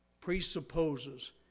presupposes